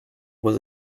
was